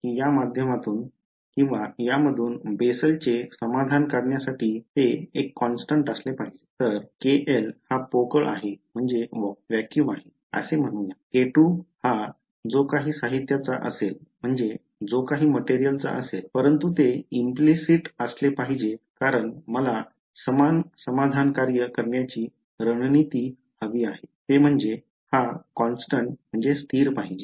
आपण पाहिले आहे की यामधून बेसलचे समाधान काढण्यासाठी ते एक कॉन्स्टन्ट असले पाहिजे तर k1 हा पोकळ आहे असेम्हणूया k2 हा जो काही साहित्यचा असेल परंतु ते implicit असले पाहिजे कारण मला समान समाधान कार्य करण्याची रणनीती हवी आहे ते म्हणजे हा कॉन्स्टन्ट स्थिर पाहिजे